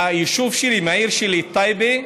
מהיישוב שלי, מהעיר שלי, טייבה,